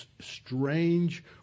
strange